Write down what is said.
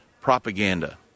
propaganda